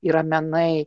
yra menai